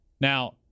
Now